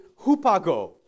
hupago